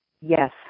Yes